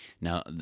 Now